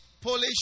Polish